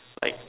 like